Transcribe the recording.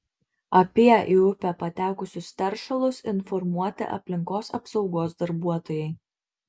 apie į upę patekusius teršalus informuoti aplinkos apsaugos darbuotojai